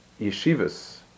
yeshivas